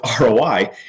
roi